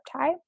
tie